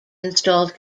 installed